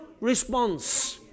response